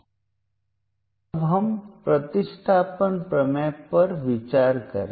आइए अब हम प्रतिस्थापन प्रमेय पर विचार करें